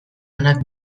onak